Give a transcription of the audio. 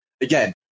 again